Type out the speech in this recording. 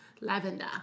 lavender